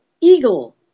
eagle